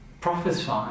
prophesy